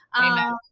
Amen